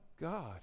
God